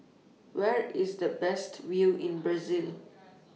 Where IS The Best View in Brazil